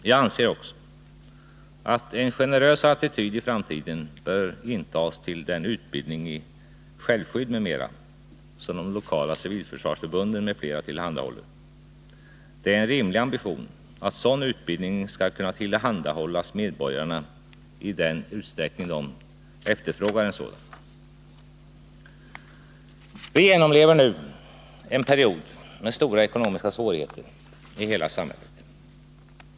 Jag anser också att en generösare attityd i framtiden bör intas till den utbildning i självskydd m.m. som de lokala civilförsvarsförbunden m.fl. tillhandahåller. Det är en rimlig ambition att sådan utbildning skall kunna tillhandahållas medborgarna i den utsträckning de efterfrågar en sådan. Vi genomlever nu en period med stora ekonomiska svårigheter i hela samhället.